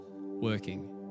working